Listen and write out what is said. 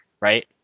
right